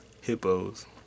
hippos